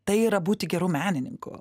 tai yra būti geru menininku